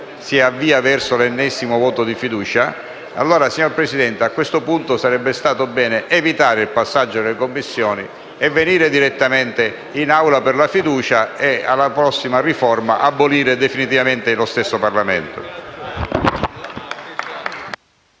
si avvia verso l'ennesimo voto di fiducia, signor Presidente, sarebbe stato bene evitare il passaggio nelle Commissioni, venire direttamente in Assemblea per il voto di fiducia e, alla prossima riforma, abolire definitivamente lo stesso Parlamento.